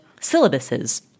syllabuses